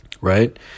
right